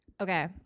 Okay